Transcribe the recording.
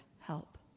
help